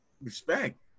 Respect